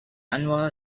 annual